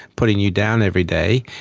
putting you down every day,